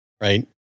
right